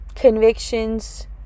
convictions